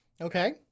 okay